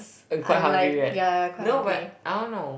and quite hungry right no but I don't know